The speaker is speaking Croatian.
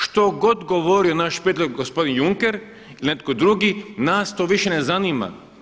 Što god govorio naš prijatelj gospodin Juncker ili netko drugi nas to više ne zanima.